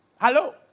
Hello